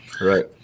Right